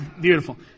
beautiful